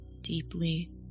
deeply